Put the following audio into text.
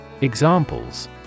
Examples